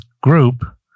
group